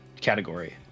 category